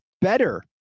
better